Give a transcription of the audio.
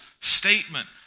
statement